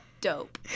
dope